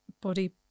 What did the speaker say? body